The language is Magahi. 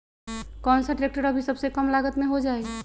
कौन सा ट्रैक्टर अभी सबसे कम लागत में हो जाइ?